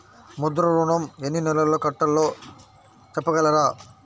ముద్ర ఋణం ఎన్ని నెలల్లో కట్టలో చెప్పగలరా?